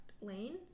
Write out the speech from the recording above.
lane